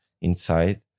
inside